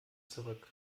zurück